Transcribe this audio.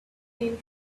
pan